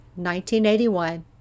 1981